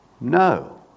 No